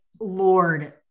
Lord